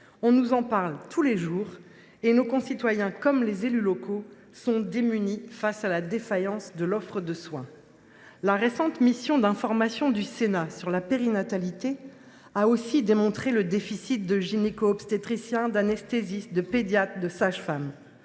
On nous en parle tous les jours et nos concitoyens comme les élus locaux sont démunis face à la défaillance de l’offre de soins. La récente mission d’information du Sénat sur la santé périnatale a aussi démontré le déficit de gynéco obstétriciens, d’anesthésistes, de pédiatres, de sages femmes.